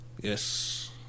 yes